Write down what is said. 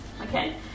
okay